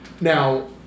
Now